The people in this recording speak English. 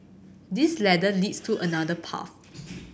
this ladder leads to another path